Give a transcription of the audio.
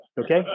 okay